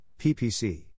PPC